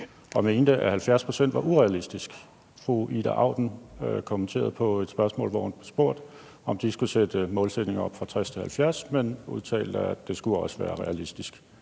og mente, at 70 pct. var urealistisk. Fru Ida Auken kommenterede på et spørgsmål, hvor hun blev spurgt, om de skulle sætte målsætningen op fra 60 til 70 pct., men hun udtalte, at det også skulle være realistisk